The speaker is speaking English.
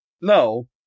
No